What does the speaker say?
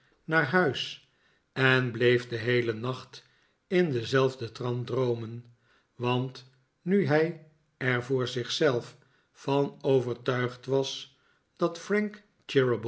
naar huis en bleef den heelen nacht in denzelfden trant droomen want nu hij er voor zich zelf van overtuigd was dat frank